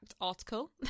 article